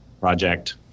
project